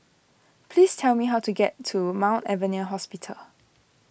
please tell me how to get to Mount Alvernia Hospital